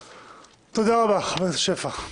תודה רבה, חבר הכנסת שפע.